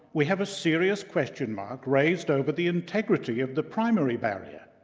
we have a serious question mark raised over the integrity of the primary barrier?